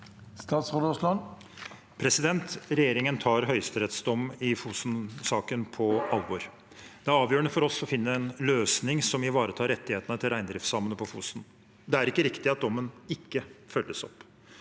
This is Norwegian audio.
Regjeringen tar høyesterettsdommen i Fosen-saken på alvor. Det er avgjørende for oss å finne en løsning som ivaretar rettighetene til reindriftssamene på Fosen. Det er ikke riktig at dommen ikke følges opp.